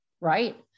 right